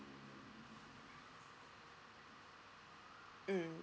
mm